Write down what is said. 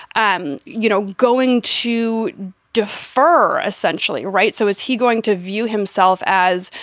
um you know, going to defer essentially, right. so is he going to view himself as,